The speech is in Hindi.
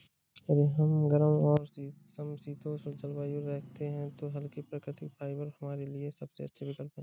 यदि हम गर्म और समशीतोष्ण जलवायु में रहते हैं तो हल्के, प्राकृतिक फाइबर हमारे लिए सबसे अच्छे विकल्प हैं